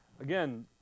again